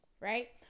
right